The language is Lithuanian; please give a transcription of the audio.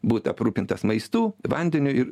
būt aprūpintas maistu vandeniu ir